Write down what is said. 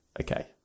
Okay